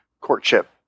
courtship